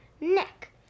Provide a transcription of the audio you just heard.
neck